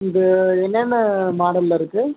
இது என்னென்ன மாடலில் இருக்கு